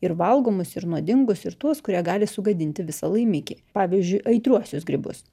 ir valgomus ir nuodingus ir tuos kurie gali sugadinti visą laimikį pavyzdžiui aitriuosius grybus